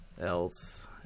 Else